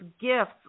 gifts